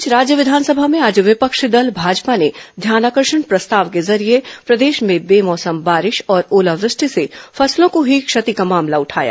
इस बीच राज्य विंघानसभा में आज विपक्षी दल भाजपा ने ध्यानाकर्षण प्रस्ताव के जरिये प्रदेश में बेमौसम बारिश और ओलावृष्टि से फसलों को हुई क्षति का मामला उठाया